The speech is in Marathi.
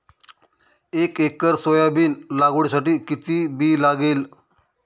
एक एकर सोयाबीन लागवडीसाठी किती बी लागेल?